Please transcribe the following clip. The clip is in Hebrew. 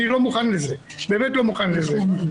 אני לא מוכן לזה, באמת לא מוכן לזה.